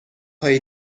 هایی